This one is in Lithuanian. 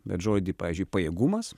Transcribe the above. bet žodį pavyzdžiui pajėgumas